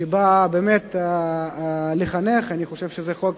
שנועד לחנך, אני חושב שזה חוק